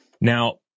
Now